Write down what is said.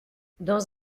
dans